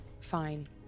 Fine